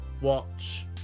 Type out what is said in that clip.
watch